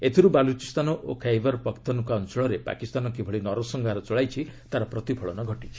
ଏଥିରୁ ବାଲୁଚିସ୍ତାନ ଓ ଖଇବର ପଖତନ୍ଖ୍ୱା ଅଞ୍ଚଳରେ ପାକିସ୍ତାନ କିଭଳି ନରସଂହାର ଚଳାଇଛି ତାର ପ୍ରତିଫଳନ ଘଟିଛି